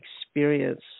experience